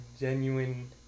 genuine